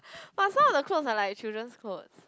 but some of the clothes are like children's clothes